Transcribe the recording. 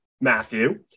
Matthew